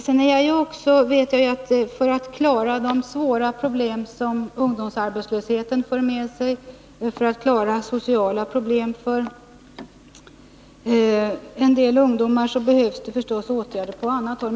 För att man skall klara de svåra problem som ungdomsarbetslösheten för med sig och klara de sociala problemen för en del ungdomar behövs förstås åtgärder på annat håll.